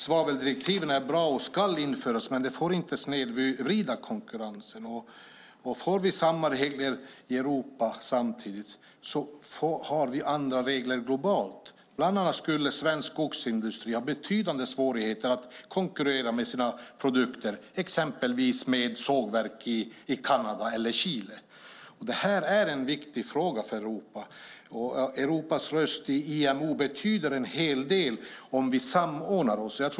Svaveldirektiven är bra och ska införas, men det får inte snedvrida konkurrensen. Får vi samma regler i Europa samtidigt har vi olika regler globalt. Bland annat skulle svensk skogsindustri ha betydande svårigheter att konkurrera med sina produkter, exempelvis med sågverk i Kanada eller i Chile. Det här är en viktig fråga för Europa. Europas röst i IMO betyder en hel del om vi samordnar oss.